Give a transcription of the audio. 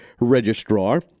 Registrar